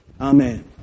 Amen